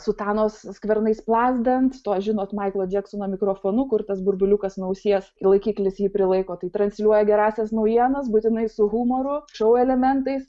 sutanos skvernais plazdant su tuo žinot maiklo džeksono mikrofonu kur tas burbuliukas nuo ausies laikiklis jį prilaiko tai transliuoja gerąsias naujienas būtinai su humoru šou elementais